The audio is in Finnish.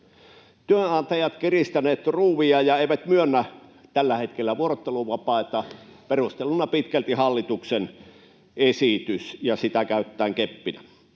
Työnantajat ovat kiristäneet ruuvia ja eivät myönnä tällä hetkellä vuorotteluvapaata, perusteluna pitkälti hallituksen esitys, jota käytetään keppinä.